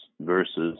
versus